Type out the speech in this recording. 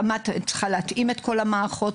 צריכה להתאים את כל המערכות,